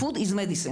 Food is medication.